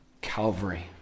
Calvary